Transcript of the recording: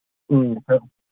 ꯎꯝ ꯍꯥꯏꯔꯛꯑꯣ